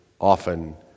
often